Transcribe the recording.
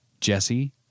Jesse